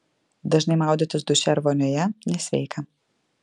dažnai maudytis duše ar vonioje nesveika